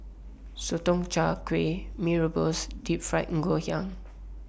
Sotong Char Kway Mee Rebus and Deep Fried Ngoh Hiang